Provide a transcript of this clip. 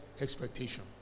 expectation